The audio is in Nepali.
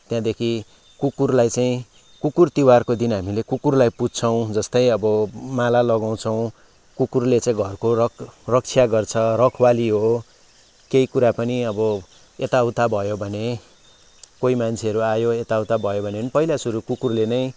त्यहाँदेखि कुकुरलाई चाहिँ कुकुर तिहारको दिन हामीले कुकुरलाई पुज्छौँ जस्तै अब माला लगाउँछौँ कुकुरले चाहिँ घरको रक्षा गर्छ रखवाली हो केही कुरा पनि अब यताउति भयो भने कोही मान्छेहरू आयो यताउता भयो भने पनि पहिला सुरु कुकुरले नै